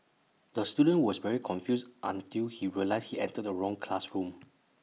the student was very confused until he realised he entered the wrong classroom